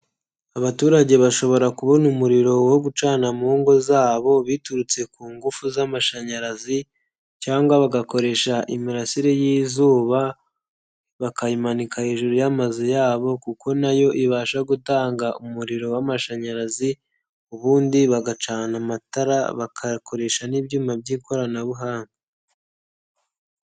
Abaturage bashobora kubona umuriro wo gucana mu ngo zabo biturutse ku ngufu z'amashanyarazi cyangwa bagakoresha imirasire y'izuba, bakayimanika hejuru y'amazu yabo kuko na yo ibasha gutanga umuriro w'amashanyarazi ubundi bagacana amatara, bakayakoresha n'ibyuma by'ikoranabuhanga.